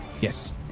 Yes